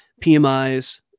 PMIs